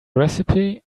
recipe